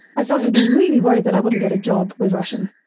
i started to be really worried that i wouldn't get a job with russian.